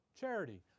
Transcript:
charity